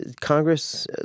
Congress